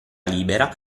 libera